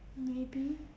maybe